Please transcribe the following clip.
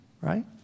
Right